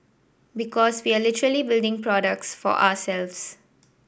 because we are literally building products for ourselves